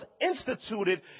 instituted